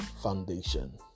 foundation